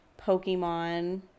Pokemon